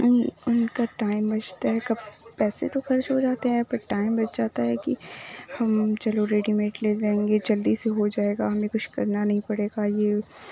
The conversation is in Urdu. ان کا ٹائم بچتا ہے پیسے تو خرچ ہو جاتے ہیں بٹ ٹائم بچ جاتا ہے کہ ہم چلو ریڈی میٹ لے لیں گے جلدی سے ہو جائے گا ہمیں کچھ کرنا نہیں پڑے گا یہ